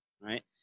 right